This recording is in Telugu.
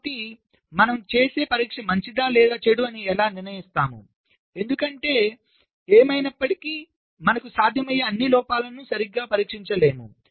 కాబట్టి మనం చేసే పరీక్ష మంచి లేదా చెడు అని ఎలా నిర్ణయిస్తాము ఎందుకంటే ఏమైనప్పటికీ మనం సాధ్యమయ్యే అన్ని లోపాలను సరిగ్గా పరిష్కరించలేము